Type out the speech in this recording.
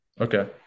Okay